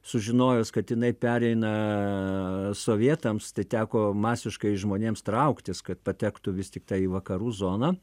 sužinojus kad jinai pereina sovietams tai teko masiškai žmonėms trauktis kad patektų vis tiktai į vakarų zoną